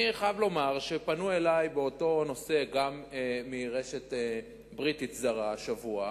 אני חייב לומר שהשבוע פנו אלי באותו נושא גם מרשת בריטית זרה בשאלה